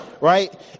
Right